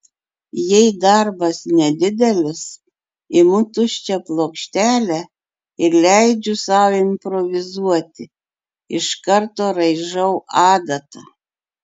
jei darbas nedidelis imu tuščią plokštelę ir leidžiu sau improvizuoti iš karto raižau adata